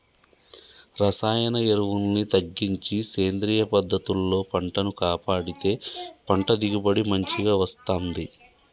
రసాయన ఎరువుల్ని తగ్గించి సేంద్రియ పద్ధతుల్లో పంటను కాపాడితే పంట దిగుబడి మంచిగ వస్తంది